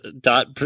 Dot